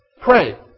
pray